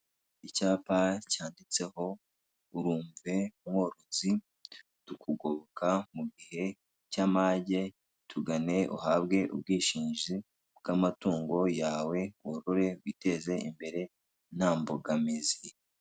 Icyapa cyanditseho urumve umworozi tukugoboka mu gihe cy'amage tugane uhabwe ubwishingizi bw'amatungo yawe worore witeze imbere nta mbogamizi.